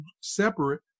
separate